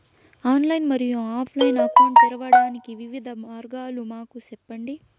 Online మరియు offline account తెరవడానికి వివిధ మార్గాలు మాకు సెప్పండి?